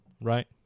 right